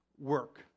work